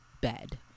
bed